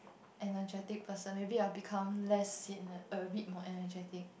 energetic person maybe I'll become less sian a bit more energetic